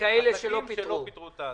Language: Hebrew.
לכאלה שלא פיטרו.